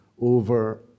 over